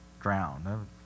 drown